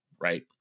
right